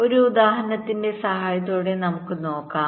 ഒരു ഉദാഹരണത്തിന്റെ സഹായത്തോടെ നമുക്ക് നോക്കാം